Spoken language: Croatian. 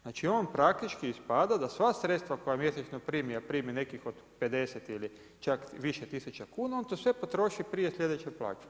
Znači praktički ispada da sva sredstva koja on mjesečno primi, a primi nekih od 50 ili čak više tisuća kuna on to sve potroši prije sljedeće plaće.